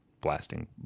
blasting